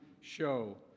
show